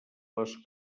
les